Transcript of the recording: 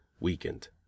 Weakened